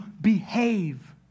behave